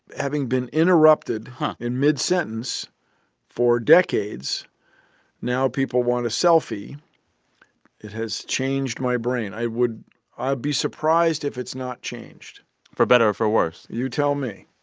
having been interrupted in mid-sentence for decades now people want a selfie it has changed my brain. i would i'd be surprised if it's not changed for better or for worse? you tell me